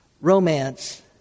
romance